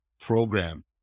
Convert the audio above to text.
program